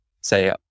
Say